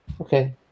okay